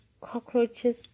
cockroaches